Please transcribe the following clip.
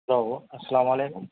کیا ہوا السلام علیکم